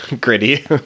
gritty